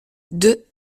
deux